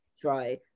try